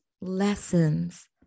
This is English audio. lessons